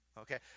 Okay